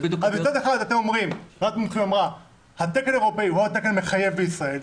אז מצד אחד אתם אומרים התקן האירופאי הוא התקן המחייב בישראל,